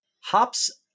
hops